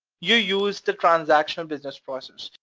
you use the transactional business process.